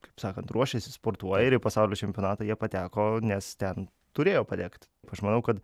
kaip sakant ruošiasi sportuoja ir į pasaulio čempionatą jie pateko nes ten turėjo patekt aš manau kad